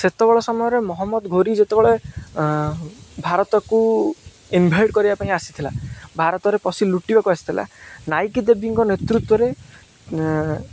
ସେତେବେଳେ ସମୟରେ ମହମ୍ମଦ ଘୋରି ଯେତେବେଳେ ଭାରତକୁ ଇନ୍ଭାଇଟ୍ କରିବା ପାଇଁ ଆସିଥିଲା ଭାରତରେ ପଶି ଲୁଟିବାକୁ ଆସିଥିଲା ନାଇକି ଦେବୀଙ୍କ ନେତୃତ୍ୱରେ